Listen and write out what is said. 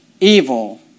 evil